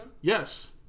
Yes